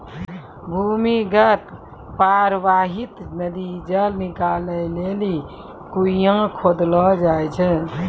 भूमीगत परबाहित नदी जल निकालै लेलि कुण्यां खोदलो जाय छै